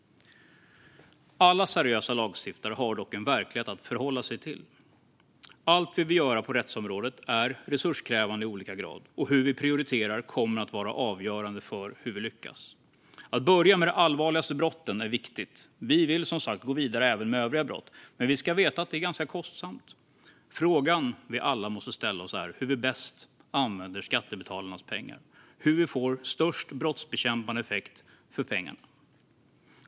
Alla seriösa lagstiftare har dock en verklighet att förhålla sig till. Allt vi vill göra på rättsområdet är resurskrävande i olika grad, och hur vi prioriterar kommer att vara avgörande för hur vi lyckas. Att börja med de allvarligaste brotten är viktigt. Vi vill som sagt gå vidare även med övriga brott, men vi ska veta att det är ganska kostsamt. Frågan vi alla måste ställa oss är hur vi bäst använder skattebetalarnas pengar, hur vi får störst brottsbekämpande effekt för pengarna.